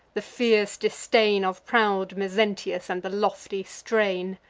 the fierce disdain of proud mezentius, and the lofty strain?